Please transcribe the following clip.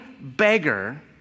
beggar